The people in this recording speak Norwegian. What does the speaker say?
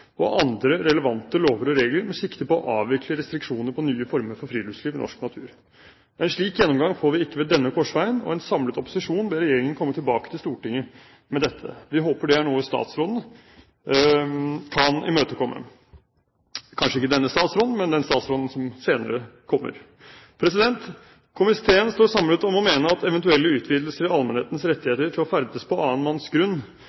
og andre relevante lover og regler, med sikte på å avvikle restriksjoner på nye former for friluftsliv i norsk natur. En slik gjennomgang får vi ikke ved denne korsveien, og en samlet opposisjon ber regjeringen komme tilbake til Stortinget med dette. Vi håper det er noe statsråden kan imøtekomme – kanskje ikke denne statsråden, men den statsråden som senere kommer. Komiteen står samlet om å mene at eventuelle utvidelser i allmennhetens